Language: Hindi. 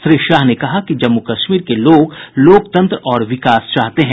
श्री शाह ने कहा कि जम्मू कश्मीर के लोग लोकतंत्र और विकास चाहते हैं